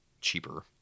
cheaper